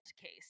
case